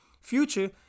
Future